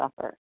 suffer